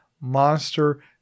monster